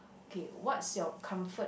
okay what's your comfort